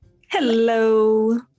Hello